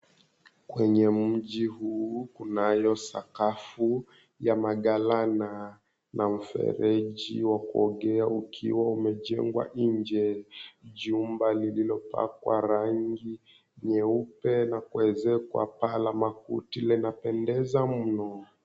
Kwenye mji huu kunayo sakafu ya magalana na mfereji wa kuogea ukiwa umejengwa nje. Jumba lililopakwa rangi nyeupe na kuwezekwa paa la makuti linapendeza mno.